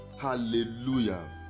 hallelujah